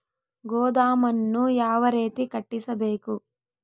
ಗೋದಾಮನ್ನು ಯಾವ ರೇತಿ ಕಟ್ಟಿಸಬೇಕು?